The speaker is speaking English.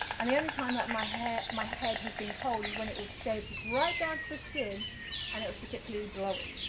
and the only time that my head my head has been cold is when it was shaved right down to the skin and it was particularly blowy,